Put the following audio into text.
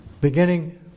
Beginning